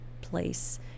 place